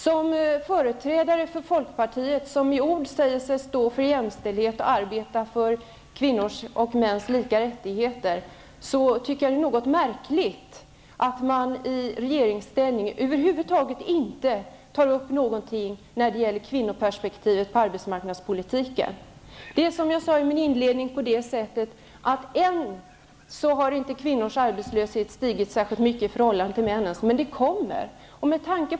Som företrädare för folkpartiet, som i ord säger sig stå för jämställdhet och arbeta för kvinnors och mäns lika rättigheter, tycker jag att det är något märkligt att folkpartiet i regeringsställning över huvud taget inte tar upp någonting om kvinnoperspektivet på arbetsmarknadspolitiken. Som jag sade tidigare har kvinnornas arbetslöshet ännu inte stigit särskilt mycket i förhållande till männens, men det kommer att ske.